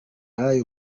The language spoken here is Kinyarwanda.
y’ayo